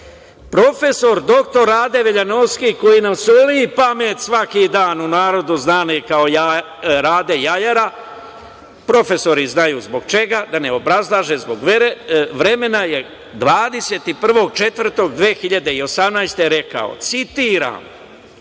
doktor Rade Veljanovski, koji nam soli pamet svaki dan, u narodu znani kao „Rade jajara“, profesori znaju zbog čega, da ne obrazlažem zbog vremena, je 21.4.2018. godine rekao, citiram: